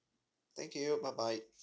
thank you bye bye